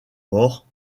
morts